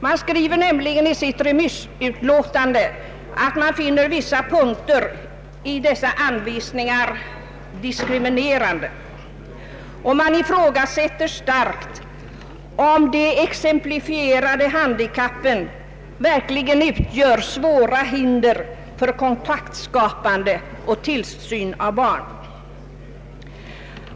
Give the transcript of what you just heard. Man skriver nämligen i sitt remissutlåtande att man finner vissa punkter i dessa anvisningar diskriminerande, och man ifrågasätter starkt om de exemplifierade handikappen verkligen utgör svåra hinder för kontaktskapande och tillsyn av barn.